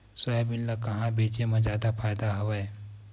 Soybean ल कहां बेचे म जादा फ़ायदा हवय?